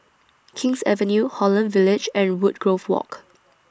King's Avenue Holland Village and Woodgrove Walk